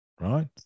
Right